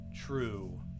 true